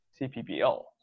CPBL